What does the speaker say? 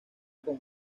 con